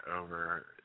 over